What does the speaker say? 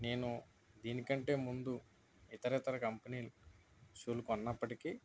నేను దీనికంటే ముందు ఇతర ఇతర కంపెనీలు షూలు కొన్నప్పటికి